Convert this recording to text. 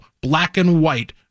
black-and-white